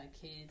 kids